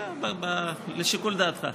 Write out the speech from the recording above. לשיקול דעתך.